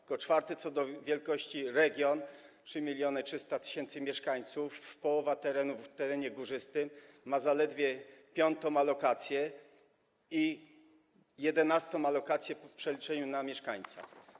Ten czwarty co do wielkości region, 3300 tys. mieszkańców, z połową obszaru w terenie górzystym, ma zaledwie piątą alokację i 11. alokację w przeliczeniu na mieszkańca.